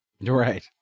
Right